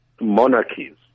monarchies